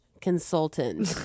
consultant